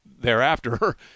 thereafter